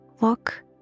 look